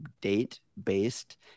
date-based